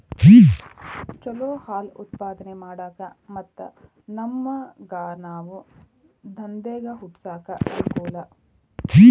ಚಲೋ ಹಾಲ್ ಉತ್ಪಾದನೆ ಮಾಡಾಕ ಮತ್ತ ನಮ್ಗನಾವ ದಂದೇಗ ಹುಟ್ಸಾಕ ಅನಕೂಲ